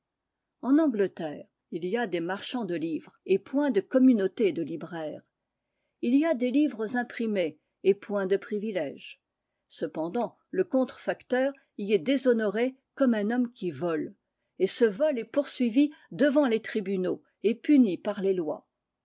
en angleterre il y a des marchands de livres et point de communauté de libraires il y a des livres imprimés et point de privilèges cependant le contrefacteur y est déshonoré comme un homme qui vole et ce vol est poursuivi devant les tribunaux et puni par les lois